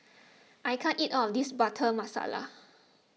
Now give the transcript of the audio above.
I can't eat all of this Butter Masala